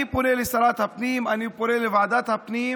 אני פונה לשרת הפנים, אני פונה לוועדת הפנים.